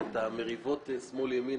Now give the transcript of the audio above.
אבל את המריבות שמאל-ימין